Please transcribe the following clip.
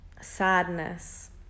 sadness